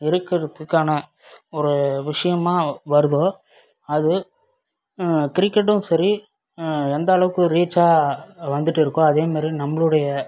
இருக்கிறதுக்கான ஒரு விஷயமாக வருதோ அது கிரிக்கெட்டும் சரி எந்த அளவுக்கு ரீச்சாக வந்துகிட்டுருக்கோ அதேமாதிரி நம்மளுடைய